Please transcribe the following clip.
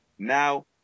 Now